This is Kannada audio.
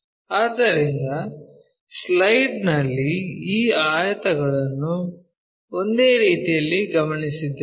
ಆದ್ದರಿಂದ ಸ್ಲೈಡ್ ನಲ್ಲಿ ಈ ಆಯತಗಳನ್ನು ಒಂದೇ ರೀತಿಯಲ್ಲಿ ಗಮನಿಸುತ್ತಿದ್ದೇವೆ